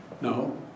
No